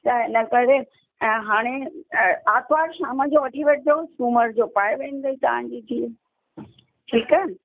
त इन करे ऐं हाणे आरितवार शाम जो वठी वठजो सूमर जो पाए वेंदे तव्हांजी धीउ ठीकु आहे